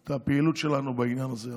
את הפעילות שלנו בעניין הזה.